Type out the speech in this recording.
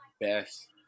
best